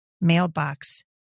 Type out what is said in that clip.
mailbox